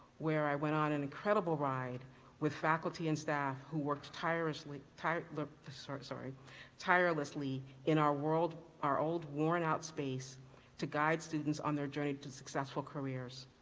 where i went on an incredible ride with faculty and staff who worked tirelessly tirelessly sorry sorry tirelessly in our world, our old worn-out space to guide students on their journey to successful careers.